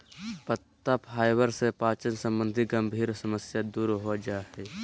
पत्ता फाइबर से पाचन संबंधी गंभीर समस्या दूर हो जा हइ